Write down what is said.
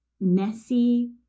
messy